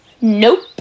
Nope